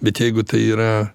bet jeigu tai yra